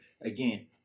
again